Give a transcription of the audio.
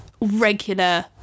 regular